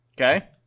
Okay